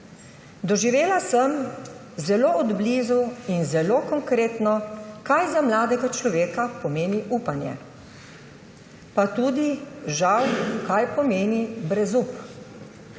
Doživela sem zelo od blizu in zelo konkretno, kaj za mladega človeka pomeni upanje. Pa žal tudi, kaj pomeni brezup,